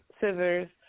Scissors